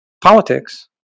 politics